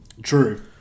True